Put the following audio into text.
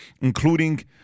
including